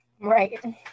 Right